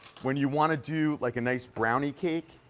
when you want to do like a nice brownie cake,